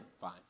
Fine